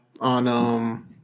on –